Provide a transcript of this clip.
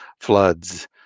floods